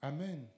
Amen